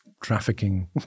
trafficking